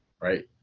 right